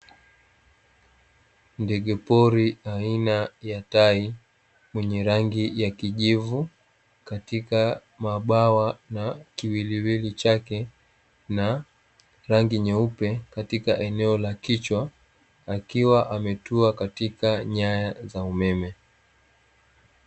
Ndege pori aina ya Tai mwenye rangi ya kijivu katika mabawa na kiwiliwili chake, na rangi nyeupe katika eneo la kichwa, akiwa ametua katika nyaya za umeme.